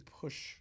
push